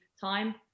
time